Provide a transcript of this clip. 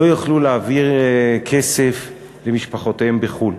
לא יוכלו להעביר כסף למשפחותיהם בחוץ-לארץ.